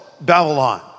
Babylon